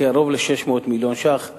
קרוב ל-600 מיליון שקלים,